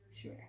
Sure